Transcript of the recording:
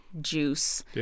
juice